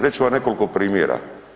Reći ću vam nekoliko primjera.